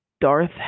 Darth